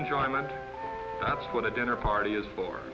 enjoyment that's what a dinner party is